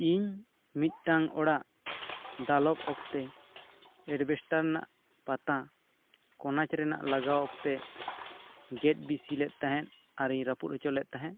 ᱤᱧ ᱢᱤᱫᱴᱟ ᱝ ᱚᱲᱟᱜ ᱫᱟᱞᱚᱵ ᱚᱠᱛᱮ ᱮᱰᱽᱵᱮᱥᱴᱟᱨ ᱨᱮᱱᱟᱜ ᱯᱟᱛᱟ ᱠᱚᱱᱟᱪ ᱨᱮᱱᱟᱜ ᱞᱟᱜᱟᱣ ᱚᱠᱛᱮ ᱜᱮᱫ ᱵᱤᱥᱤ ᱞᱮᱫ ᱛᱟᱦᱮᱸᱜ ᱟᱨ ᱤᱧ ᱨᱟᱹᱯᱩᱫ ᱚᱪᱚ ᱞᱮᱫ ᱛᱟᱦᱮᱸᱜ